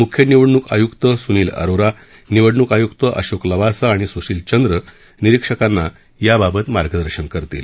मुख्य निवडणूक आयुक्त सुनील अरोरा निवडणूक आयुक्त अशोक लवासा और सुशील चन्द्र निरीक्षकांना याबाबत मार्गदर्शन करतील